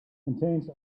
contains